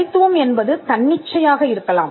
தனித்துவம் என்பது தன்னிச்சையாக இருக்கலாம்